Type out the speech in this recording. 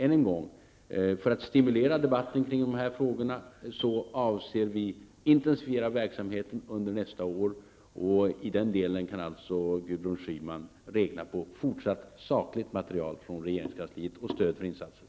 Än en gång: För att stimulera debatten i dessa frågor avser vi att intensifiera verksamheten under nästa år. I den delen kan alltså Gudrun Schyman räkna på fortsatt sakligt material från regeringskansliet och stöd för olika insatser.